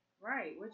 Right